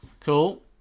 Cool